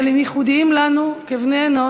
אבל הם ייחודיים לנו כבני-אנוש,